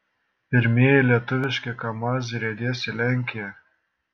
pirmieji lietuviški kamaz riedės į lenkiją